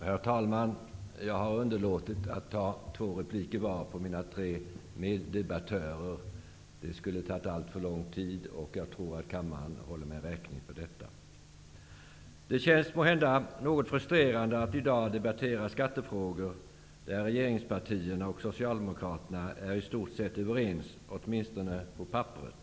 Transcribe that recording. Herr talman! Jag har underlåtit att begära repliker på mina tre meddebattörer, för det skulle ha tagit alltför lång tid. Jag tror att kammaren håller mig räkning för detta. Herr talman! Det känns måhända något frustrerande att i dag debattera skattefrågor där regeringspartierna och Socialdemokraterna i stort sett är överens, åtminstone på papperet.